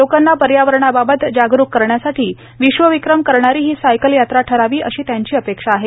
लोकांना पर्यावरणाबाबत जागरूक करण्यासाठी विश्वविक्रम करणारी ही सायकल यात्रा ठरावी अशी त्यांची अपेक्षा आहे